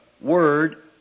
word